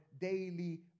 daily